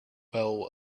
well